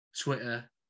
Twitter